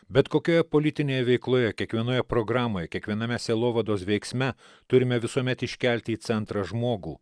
bet kokioje politinėje veikloje kiekvienoje programoj kiekviename sielovados veiksme turime visuomet iškelti į centrą žmogų